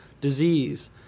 disease